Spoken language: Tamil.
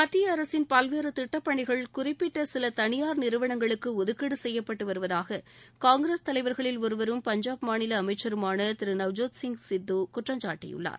மத்திய அரசின் பல்வேறு திட்டப் பணிகள் குறிப்பிட்ட சில தனியார் நிறுவனங்களுக்கு ஒதுக்கீடு செய்யப்பட்டு வருவதாக காங்கிரஸ் தலைவர்களின் ஒருவரும் பஞ்சாப் மாநில அமைச்சருமான திரு நவ்ஜோத் சிங் சித்து குற்றம் சாட்டியுள்ளார்